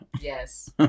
yes